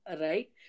right